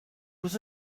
was